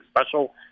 special